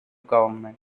government